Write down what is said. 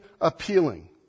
appealing